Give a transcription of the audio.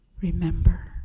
Remember